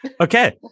Okay